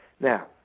Now